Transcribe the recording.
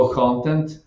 content